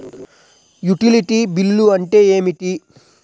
Utility bill అంటే ఏమిటి?